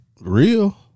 real